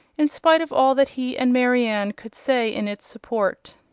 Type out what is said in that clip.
in spite of all that he and marianne could say in its support.